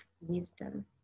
wisdom